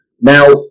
Now